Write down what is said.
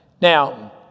Now